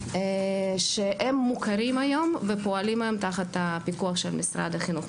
שהם מוכרים היום ופועלים תחת הפיקוח של משרד החינוך.